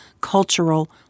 cultural